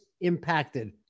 impacted